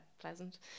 pleasant